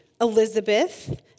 Elizabeth